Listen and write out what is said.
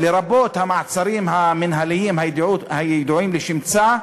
לרבות המעצרים המינהליים הידועים לשמצה,